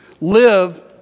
Live